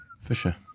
Fisher